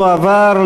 התשע"ג 2013,